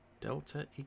Delta